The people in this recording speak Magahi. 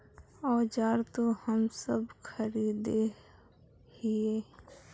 औजार तो हम सब खरीदे हीये?